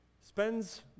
spends